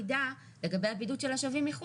באותה מידה לגבי הבידוד של השבים מחוץ